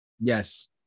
Yes